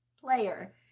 player